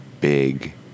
big